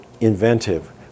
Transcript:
inventive